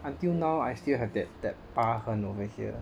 until now I still have that that 疤痕 over here